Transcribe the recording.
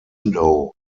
window